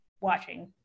watching